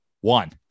one